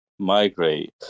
migrate